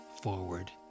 forward